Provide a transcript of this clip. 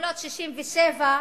לגבולות 67',